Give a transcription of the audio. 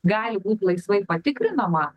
gali būt laisvai patikrinama